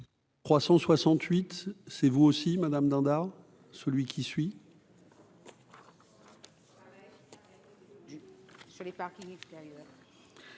368 c'est vous aussi Madame Dindar celui qui suit.